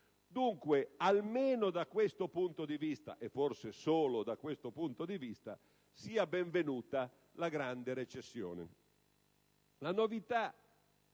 Dunque, almeno da questo punto di vista - e, forse, solo da questo punto di vista - sia benvenuta la grande recessione!